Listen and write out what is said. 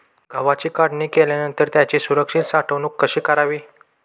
गव्हाची काढणी केल्यानंतर त्याची सुरक्षित साठवणूक कशी करावी?